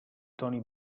tony